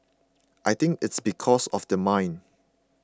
I think it's because of the mine